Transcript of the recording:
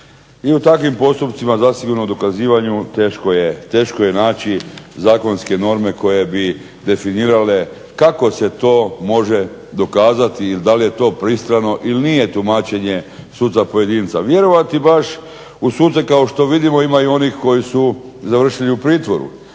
I u takvim postupcima zasigurno dokazivanju teško je naći zakonske norme koje bi definirale kako se to može dokazati ili da li je to pristrano ili nije tumačenje suca pojedinca. Vjerovati baš u suce, kao što vidimo ima i onih koji su završili i u pritvoru.